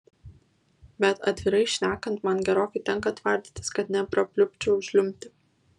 bet atvirai šnekant man gerokai tenka tvardytis kad neprapliupčiau žliumbti